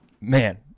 Man